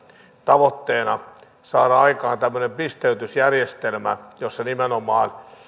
tavoitteena saada aikaan tämmöinen pisteytysjärjestelmä jossa nimenomaan